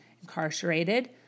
incarcerated